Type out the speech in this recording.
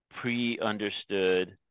pre-understood